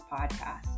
podcast